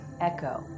Echo